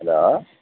hello